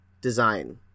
design